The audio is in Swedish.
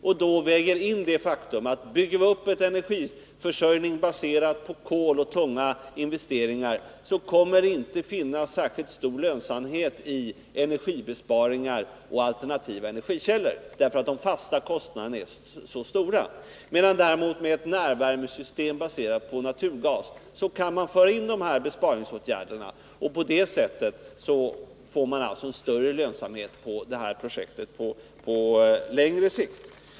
Man måste väga in det faktum att bygger man upp en energiförsörjning baserad på kol och tunga investeringar, kan man inte åstadkomma särskilt stor lönsamhet genom energibesparingar och alternativa energikällor, eftersom de fasta kostnaderna är så stora. Med ett närvärmesystem baserat på naturgas kan man vidta besparingsåtgärder och få en större lönsamhet i projektet på längre sikt.